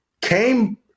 came